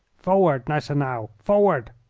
forward, gneisenau, forward!